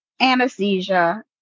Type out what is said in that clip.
anesthesia